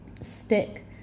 stick